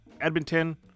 Edmonton